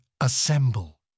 assemble